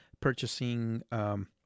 purchasing